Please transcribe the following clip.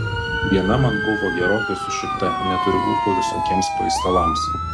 diena man buvo gerokai sušikta neturiu ūpo visokiems paistalams